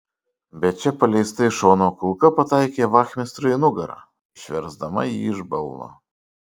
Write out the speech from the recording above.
bet čia paleista iš šono kulka pataikė vachmistrui į nugarą išversdama jį iš balno